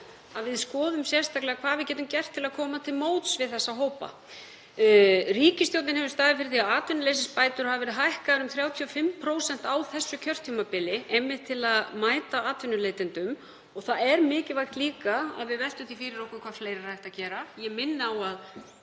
að við skoðum sérstaklega hvað við getum gert til að koma til móts við þessa hópa. Ríkisstjórnin hefur staðið fyrir því að atvinnuleysisbætur hafa verið hækkaðar um 35% á kjörtímabilinu einmitt til að mæta atvinnuleitendum. Það er líka mikilvægt að við veltum því fyrir okkur hvað fleira er hægt að gera. Ég minni á að